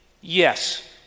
yes